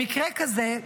במקרה כזה,